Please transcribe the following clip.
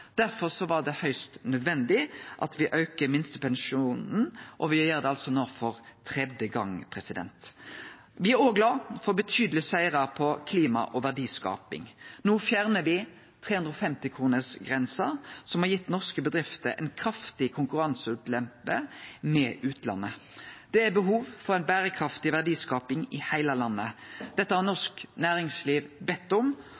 Derfor var det høgst nødvendig at me auka minstepensjonen. Me gjer det no for tredje gong. Me er òg glade for betydelege sigrar innan klima og verdiskaping. No fjernar me 350-kronersgrensa, som har gitt norske bedrifter ei kraftig konkurranseulempe i forhold til utlandet. Det er behov for ei berekraftig verdiskaping i heile landet. Dette har norsk næringsliv bedt om,